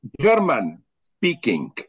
German-speaking